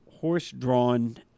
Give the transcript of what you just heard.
horse-drawn